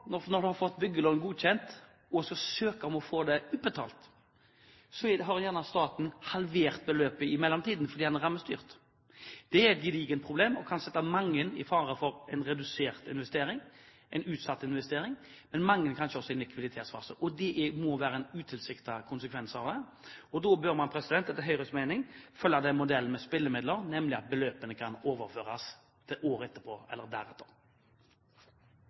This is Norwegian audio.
når man har fått byggelånet godkjent og skal søke om å få det utbetalt, har staten i mellomtiden gjerne halvert beløpet, fordi det er rammestyrt. Dette er et gedigent problem og kan sette mange i fare når det gjelder redusert investering eller utsatt investering. Mange er kanskje også i en likviditetsfase. Dette må være en utilsiktet konsekvens. Man bør, etter Høyres mening, følge modellen for spillemidler, nemlig at beløpene kan overføres til året etter – eller året deretter